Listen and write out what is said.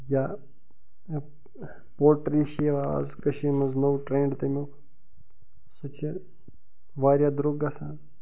یا پوٹری چھِ یوان از کٔشیٖرِ منٛز نوٚو ٹرٛینٛڈ تَمیُک سُہ چھِ واریاہ درٛۅگ گژھان